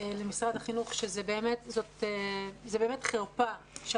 למשרד החינוך שזו באמת חרפה.